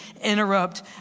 interrupt